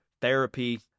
therapy